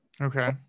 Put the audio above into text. Okay